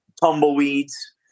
Tumbleweeds